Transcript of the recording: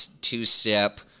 two-step